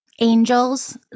angels